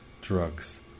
drugs